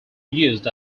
used